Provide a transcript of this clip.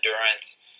endurance